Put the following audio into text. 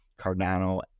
Cardano